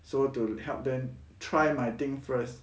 so to help them try my thing first